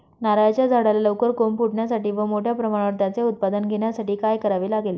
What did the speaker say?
नारळाच्या झाडाला लवकर कोंब फुटण्यासाठी व मोठ्या प्रमाणावर त्याचे उत्पादन घेण्यासाठी काय करावे लागेल?